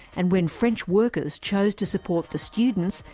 and when french workers chose to support the students,